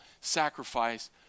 sacrifice